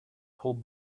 pulled